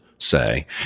Say